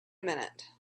minute